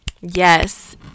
Yes